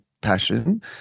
passion